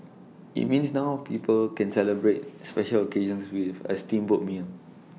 IT means now people can celebrate special occasions with A steamboat meal